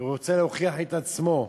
ורוצה להוכיח את עצמו,